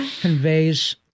conveys